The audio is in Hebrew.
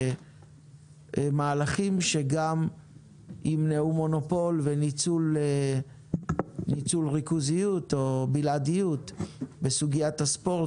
מהלכים שגם ימנעו מונופול וניצול ריכוזיות או בלעדיות בסוגיית הספורט,